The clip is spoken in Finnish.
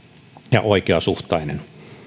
ja oikeasuhtainen